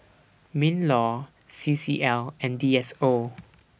MINLAW C C L and D S O